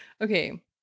okay